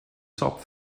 top